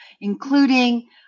including